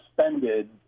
suspended